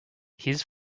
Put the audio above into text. his